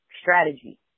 strategy